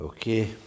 Okay